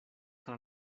tra